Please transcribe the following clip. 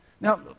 Now